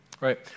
right